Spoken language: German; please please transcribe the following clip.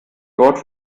dort